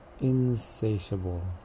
insatiable